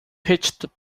pitched